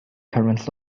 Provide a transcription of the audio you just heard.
current